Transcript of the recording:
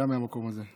גם מהמקום הזה.